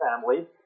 family